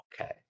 Okay